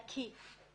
נקי.